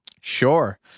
Sure